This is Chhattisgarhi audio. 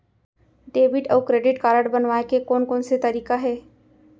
डेबिट अऊ क्रेडिट कारड बनवाए के कोन कोन से तरीका हे?